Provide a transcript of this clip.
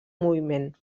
moviment